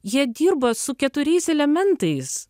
jie dirba su keturiais elementais